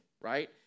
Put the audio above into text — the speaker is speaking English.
right